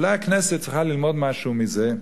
אולי הכנסת צריכה ללמוד משהו מזה.